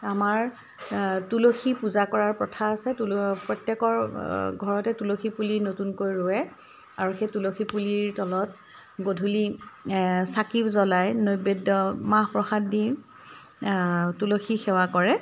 আমাৰ তুলসী পূজা কৰাৰ প্ৰথা আছে তুল প্ৰত্যেকৰ ঘৰতে তুলসী পুলি নতুনকৈ ৰুৱে আৰু সেই তুলসী পুলিৰ তলত গধূলি চাকি জ্বলায় নৈবেদ্য মাহ প্ৰসাদ দি তুলসী সেৱা কৰে